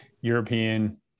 european